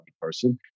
person